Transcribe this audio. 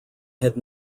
had